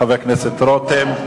תודה לחבר הכנסת רותם.